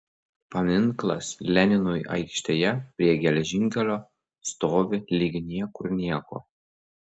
paminklas leninui aikštėje prie geležinkelio stovi lyg niekur nieko